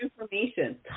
information